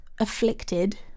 Afflicted